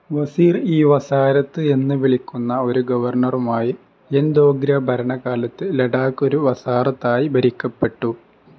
വസീർ ഇ വസാരത് എന്ന് വിളിക്കുന്ന ഒരു ഗവർണറുമായി എൻ ദോഗ്ര ഭരണകാലത്ത് ലഡാക്ക് ഒരു വസാറത്തായി ഭരിക്കപ്പെട്ടു